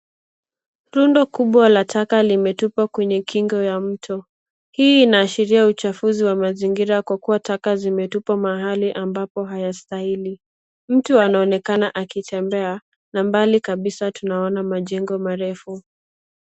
Rundo kubwa la taka limetupwa kwenye kingo ya mto. Hii inaashiria uchafuzi wa mazingira, kwa kuwa taka zimezingirwa mahali ambapo hapastahili. Mtu anaonekana akitembea, na mbali kabisa tunaona majengo marefu.